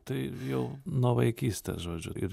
tai jau nuo vaikystės žodžiu ir